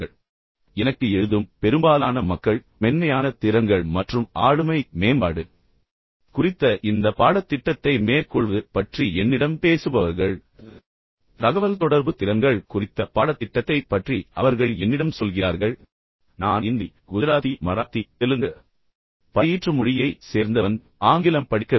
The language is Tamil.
எனவே எனக்கு எழுதும் பெரும்பாலான மக்கள் மென்மையான திறன்கள் மற்றும் ஆளுமை மேம்பாடு குறித்த இந்த பாடத்திட்டத்தை மேற்கொள்வது பற்றி என்னிடம் பேசுபவர்கள் அவர்கள் அல்லது தகவல்தொடர்பு திறன்கள் குறித்த பாடத்திட்டத்தைப் பற்றி கூட அவர்கள் வந்து என்னிடம் சொல்கிறார்கள் நான் இந்தி பயிற்றுமொழியை சேர்ந்தவன் நான் குஜராத்தி பயிற்றுமொழியை சேர்ந்தவன் நான் மராத்தி பயிற்றுமொழியை சேர்ந்தவன் நான் தெலுங்கு பயிற்றுமொழியை சேர்ந்தவன் எல்லா வகையான பயிற்றுமொழியும் அங்கு அவர்கள் ஆங்கிலம் படிக்கவில்லை